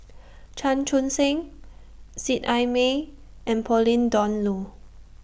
Chan Chun Sing Seet Ai Mee and Pauline Dawn Loh